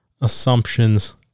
assumptions